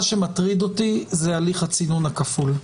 יותר מטריד אותי הליך הצינון הכפול.